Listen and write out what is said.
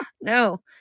no